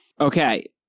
Okay